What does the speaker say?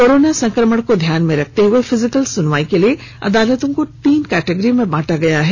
corona संक्रमण को ध्यान में रखते हुए फिजिकल सुनवाई के लिए अदालतों को तीन कैटेगरी में बांटा गया है